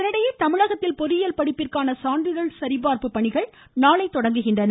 இதனிடையே தமிழகத்தில் பொறியியல் படிப்பிற்கான சான்றிதழ் சரிபார்ப்பு நாளை தொடங்குகிறது